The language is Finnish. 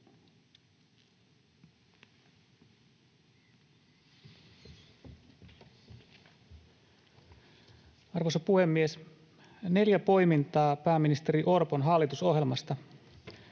Arvoisa puhemies! Neljä poimintaa pääministeri Orpon hallitusohjelmasta: